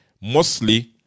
Mostly